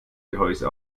gehäuse